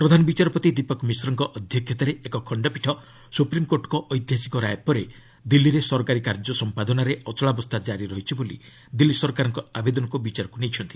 ପ୍ରଧାନ ବିଚାରପତି ଦୀପକ ମିଶ୍ରଙ୍କ ଅଧ୍ୟକ୍ଷତାରେ ଏକ ଖଣ୍ଡପୀଠ ସୁପ୍ରିମକୋର୍ଟଙ୍କ ଐତିହାସିକ ରାୟ ପରେ ଦିଲ୍ଲୀରେ ସରକାରୀ କାର୍ଯ୍ୟ ସମ୍ପାଦନାରେ ଅଚଳାବସ୍ଥା କାରି ରହିଛି ବୋଲି ଦିଲ୍ଲୀ ସରକାରଙ୍କ ଆବେଦନକୁ ବିଚାରକୁ ନେଇଛନ୍ତି